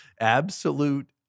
absolute